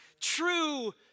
true